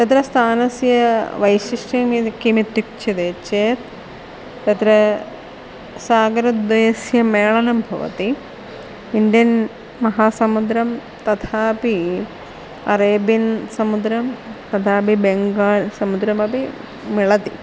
तत्र स्थानस्य वैशिष्ट्यमिति किमित्युच्यते चेत् तत्र सागरद्वयस्य मेलनं भवति इण्डियन् महासमुद्रः तथापि अरेबियन् समुद्रः तथपि बेङ्गाळ् समुद्रः अपि मिलति